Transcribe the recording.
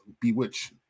Bewitch